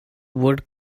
wood